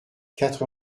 quatre